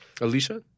Alicia